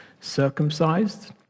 circumcised